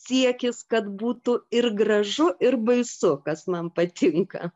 siekis kad būtų ir gražu ir baisu kas man patinka